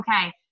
okay